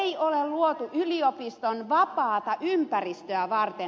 sitä ei ole luotu yliopiston vapaata ympäristöä varten